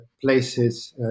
places